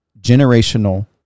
generational